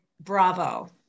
Bravo